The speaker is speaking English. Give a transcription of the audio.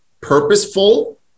purposeful